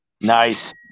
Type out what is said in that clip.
Nice